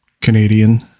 Canadian